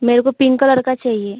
मेरे को pink colour का चाहिए